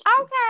Okay